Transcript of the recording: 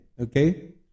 Okay